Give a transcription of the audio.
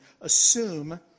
assume